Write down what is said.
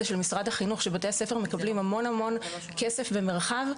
של משרד החינוך שבתי הספר מקבלים כסף ומרחב,